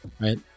right